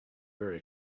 very